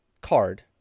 card